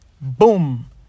Boom